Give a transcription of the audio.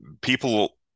people